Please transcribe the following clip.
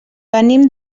venim